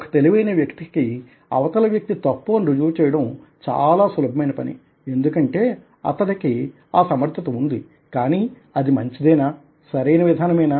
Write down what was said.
ఒక తెలివైన వ్యక్తికి అవతలి వ్యక్తి తప్పు అని రుజువు చేయడం చాలా సులభమైన పని ఎందుకంటే అతడికి ఆ సమర్ధత ఉంది కానీ అది మంచిదేనా సరైన విధానమేనా